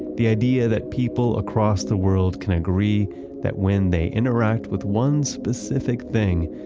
the idea that people across the world can agree that when they interact with one specific thing,